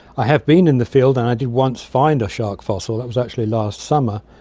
i have been in the field and i did once find a shark fossil, it was actually last summer,